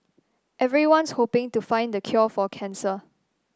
everyone's hoping to find the cure for cancer